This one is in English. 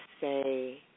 say